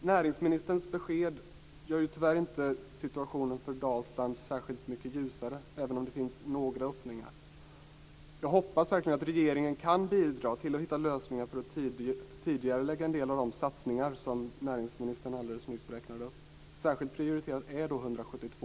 Näringsministerns besked gör tyvärr inte situationen för Dalsland särskilt mycket ljusare, även om det finns några öppningar. Jag hoppas verkligen att regeringen kan bidra till att hitta lösningar för att tidigarelägga en del av de satsningar som näringsministern alldeles nyss räknade upp. Särskilt prioriterad är då